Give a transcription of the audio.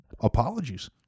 Apologies